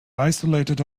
isolated